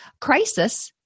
Crisis